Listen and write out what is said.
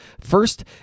First